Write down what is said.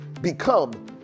become